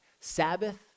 Sabbath